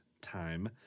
Time